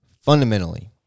Fundamentally